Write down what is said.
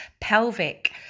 pelvic